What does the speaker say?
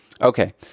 Okay